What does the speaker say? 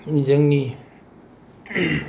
जोंनि